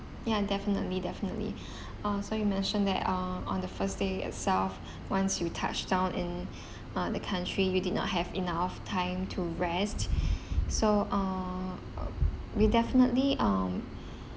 ya definitely definitely uh so you mentioned that uh on the first day itself once you touched down in uh the country you did not have enough time to rest so uh uh we definitely um